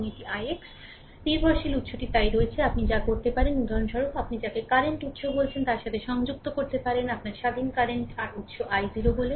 সুতরাং নির্ভরশীল উৎসটি তাই রয়েছে আপনি যা করতে পারেন উদাহরণস্বরূপ আপনি যাকে কারেন্ট উৎস বলছেন তার সাথে সংযুক্ত করতে পারেন আপনার স্বাধীন কারেন্ট উত্স i0 বলে